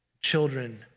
children